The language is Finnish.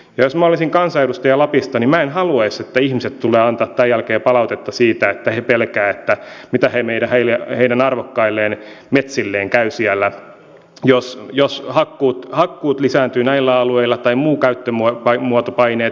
jos minä olisin kansanedustaja lapista niin minä en haluaisi että ihmiset tulevat antamaan tämän jälkeen palautetta siitä että he pelkäävät mitä heidän arvokkaille metsilleen käy siellä jos hakkuut lisääntyvät näillä alueilla tai muut käyttömuotopaineet lisääntyvät